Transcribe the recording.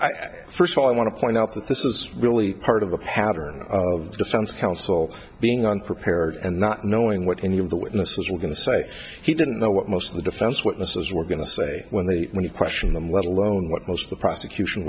about first of all i want to point out that this is really part of the pattern of the defense counsel being unprepared and not knowing what any of the witnesses were going to say he didn't know what most of the defense witnesses were going to say when they question them let alone what most of the prosecution